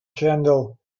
handle